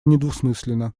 недвусмысленно